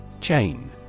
Chain